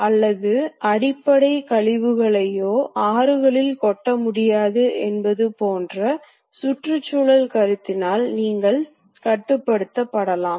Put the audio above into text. எனவே இவை பல்வேறு அச்சுகளில் இருக்கும் பலவகை சர்க்குலர் இன்டர்போலேஷன் திசைகள் ஆகும்